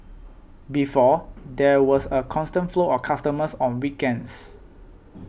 before there was a constant flow of customers on weekends